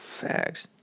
Fags